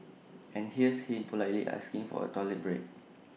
and here's him politely asking for A toilet break